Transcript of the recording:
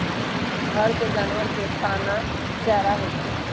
घर के जानवर के खाना चारा होई छई